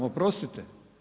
Oprostite.